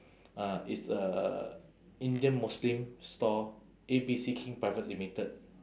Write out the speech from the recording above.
uh it's a indian muslim stall A B C king private limited